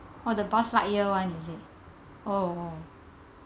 oh the Buzz Lightyear one is it !wow!